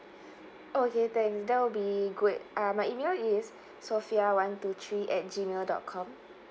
okay thanks that will be good uh my email is sofea one two three at G mail dot com